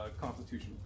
constitution